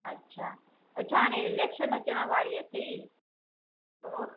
अच्छा अच्छा हाणे इलेक्शन अचनि वारी अथई पोइ